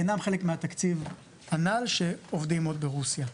אינם חלק מהתקציב הנ"ל שעובדים עוד ברוסיה.